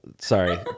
Sorry